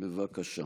בבקשה.